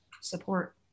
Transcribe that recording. support